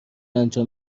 انجام